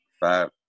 five